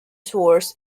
tours